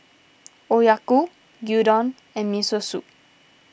Oyaku Gyudon and Miso Soup